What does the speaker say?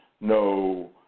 No